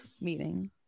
meeting